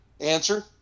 Answer